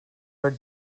were